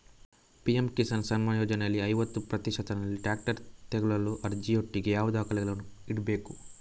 PM Kisan Samman ಯೋಜನೆಯಲ್ಲಿ ಐವತ್ತು ಪ್ರತಿಶತನಲ್ಲಿ ಟ್ರ್ಯಾಕ್ಟರ್ ತೆಕೊಳ್ಳಲು ಅರ್ಜಿಯೊಟ್ಟಿಗೆ ಯಾವ ದಾಖಲೆಗಳನ್ನು ಇಡ್ಬೇಕು?